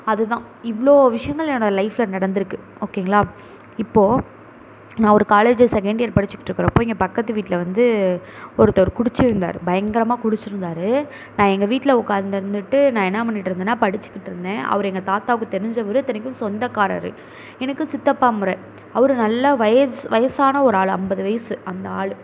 அதுதான் இவ்வளோ விஷயங்கள் என்னோடய லைஃப்பில் நடந்திருக்குது ஓகேங்களா இப்போது நான் ஒரு காலேஜு செகெண்ட் இயர் படித்துக்கிட்டு இருக்கிறப்போ இங்கே பக்கத்து வீட்டில் வந்து ஒருத்தர் குடித்திருந்தாரு பயங்கரமாக குடித்திருந்தாரு நான் எங்கள் வீட்டில் உக்காந்திருந்துட்டு நான் என்ன பண்ணிட்டு இருந்தேன்னா படிச்சுக்கிட்டு இருந்தேன் அவர் எங்கள் தாத்தாவுக்கு தெரிஞ்சவர் இத்தனைக்கும் சொந்தக்காரர் எனக்கு சித்தப்பா மொறை அவர் நல்லா வயது வயதான ஒரு ஆள் ஐம்பது வயது அந்த ஆள்